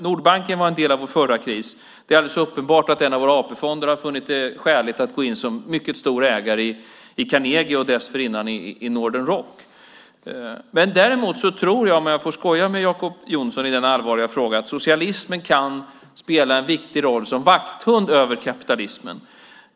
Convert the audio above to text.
Nordbanken var en del av vår förra kris. Det är alldeles uppenbart att en av våra AP-fonder har funnit det skäligt att gå in som mycket stor ägare i Carnegie och dessförinnan i Northern Rock. Däremot tror jag, om jag får skoja med Jacob Johnson i denna allvarliga fråga, att socialismen kan spela en viktig roll som vakthund över kapitalismen.